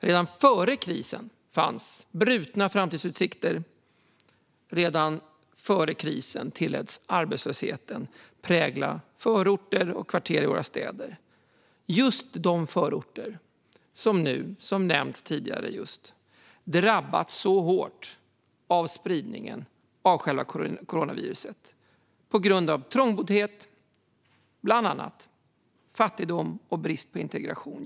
Redan före krisen fanns brutna framtidsutsikter, och arbetslösheten tilläts prägla en del förorter och kvarter i våra städer - just de förorter som nu drabbas hårt av spridningen av coronaviruset på grund av trångboddhet, fattigdom och brist på integration.